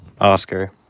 Oscar